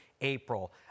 April